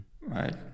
right